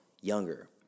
younger